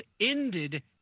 ended